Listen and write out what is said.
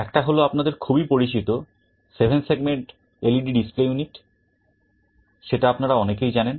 একটা হল আপনাদের খুবই পরিচিত seven segment LED display unit সেটা আপনারা অনেকেই জানেন